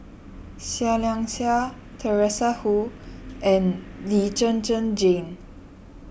Seah Liang Seah Teresa Hsu and Lee Zhen Zhen Jane